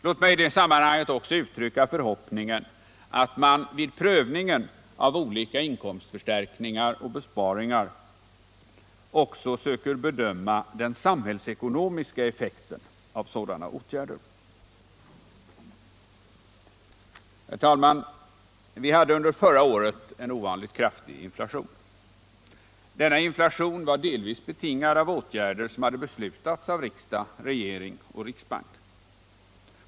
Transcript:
Låt mig i det sammanhanget också uttrycka förhoppningen all man vid prövningen av olika inkomstförstärkningar och besparingar försöker bedöma även den samhällsekonomiska effekten av sådana åtgärder. Herr talman! Vi hade under förra året en ovanligt kraftig inflation. Denna inflation var delvis betingad av åtgärder som hade beslutats av riksdag, regering och riksbank.